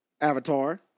Avatar